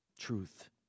truth